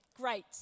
great